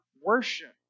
worship